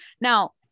Now